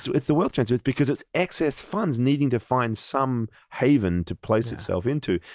so it's the wealth transfer, it's because it's excess funds needing to find some haven to place itself into,